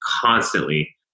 constantly